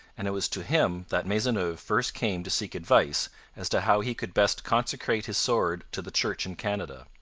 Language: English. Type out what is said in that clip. and it was to him that maisonneuve first came to seek advice as to how he could best consecrate his sword to the church in canada.